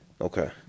okay